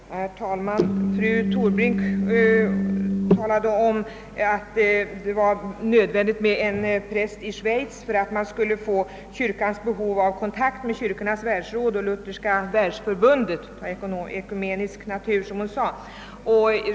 Herr talman! Fru Torbrink talade om att det var nödvändigt med en präst i Schweiz för att man skulle få kyrkans behov av kontakter med Kyrkornas världsråd och Lutherska världsförbundet tillfredsställda — kontakter av ekumenisk natur, som hon sade.